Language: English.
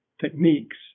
techniques